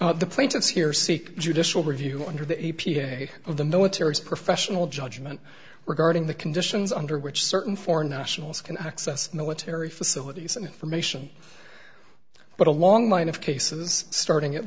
do the plaintiffs here seek judicial review under the e p a of the military's professional judgment regarding the conditions under which certain foreign nationals can access military facilities and information but a long line of cases starting at